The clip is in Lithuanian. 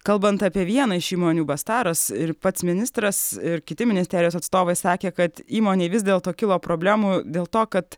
kalbant apie vieną iš įmonių bastaras ir pats ministras ir kiti ministerijos atstovai sakė kad įmonei vis dėlto kilo problemų dėl to kad